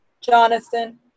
Jonathan